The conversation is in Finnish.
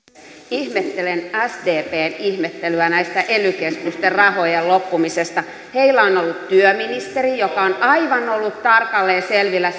ihmettelen sdpn ihmettelyä näistä ely keskusten rahojen loppumisesta heillä on ollut työministeri joka on aivan ollut tarkalleen selvillä